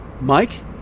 mike